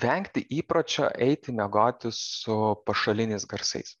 vengti įpročio eiti miegoti su pašaliniais garsais